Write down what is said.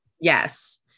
Yes